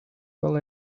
well